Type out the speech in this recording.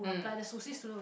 mm